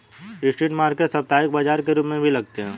street market साप्ताहिक बाजार के रूप में भी लगते हैं